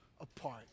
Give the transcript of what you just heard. apart